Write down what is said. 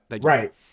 right